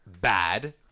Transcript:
bad